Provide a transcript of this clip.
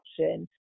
option